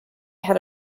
had